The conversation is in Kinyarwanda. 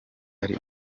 ari